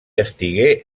estigué